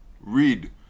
Read